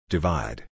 Divide